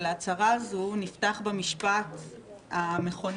ההצהרה הזו נפתח במשפט המכונן,